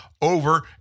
over